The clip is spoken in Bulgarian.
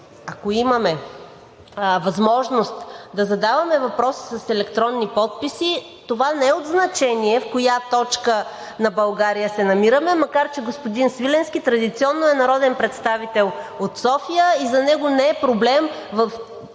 Ако имаме възможност да задаваме въпроси с електронни подписи, това не е от значение в коя точка на България се намираме, макар че господин Свиленски традиционно е народен представител от София и за него не е проблем във